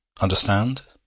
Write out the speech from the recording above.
Understand